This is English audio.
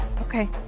Okay